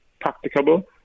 practicable